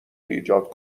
ایجاد